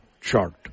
chart